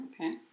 okay